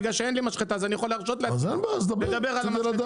בגלל שאין לי משחטה אז אני יכול להרשות לעצמי לדבר על המשחטה.